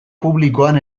publikoan